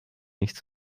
nicht